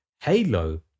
Halo